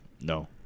No